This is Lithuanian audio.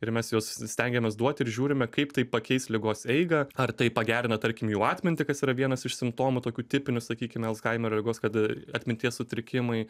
ir mes juos stengiamės duot ir žiūrime kaip tai pakeis ligos eigą ar tai pagerina tarkim jų atmintį kas yra vienas iš simptomų tokių tipinių sakykime alzhaimerio ligos kad atminties sutrikimai